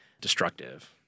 destructive